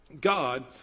God